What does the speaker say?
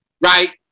Right